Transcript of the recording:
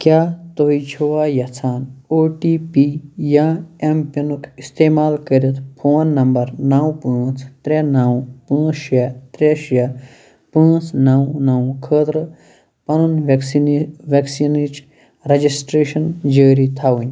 کیٛاہ تُہۍ چھِوا یَژھان او ٹی پی یا ایم پِنُک اِستعمال کٔرِتھ فون نمبر نٔو پانٛژھ ترٛےٚ نٔو پانٛژھ شےٚ ترٛےٚ شےٚ پانٛژھ نٔو نٔو خٲطرٕ پنُن ویکسیٖن ویکسیٖنٕچ رجسٹریشن جٲری تھَوٕنۍ